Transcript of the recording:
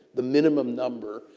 the minimum number,